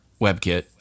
WebKit